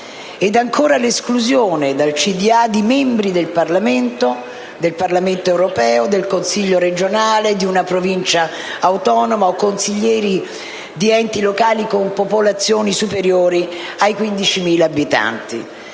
di amministrazione di membri del Parlamento, del Parlamento europeo, del consiglio regionale, di una Provincia autonoma o consiglieri di enti locali con popolazioni superiori ai 15.000 abitanti.